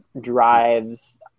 drives